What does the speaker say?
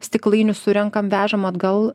stiklainius surenkam vežam atgal